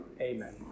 Amen